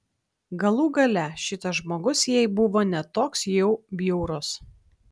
galų gale šitas žmogus jai buvo ne toks jau bjaurus